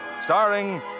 starring